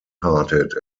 hearted